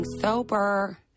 sober